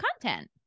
content